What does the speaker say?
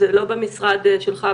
זה לא במשרד שלך,